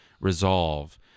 resolve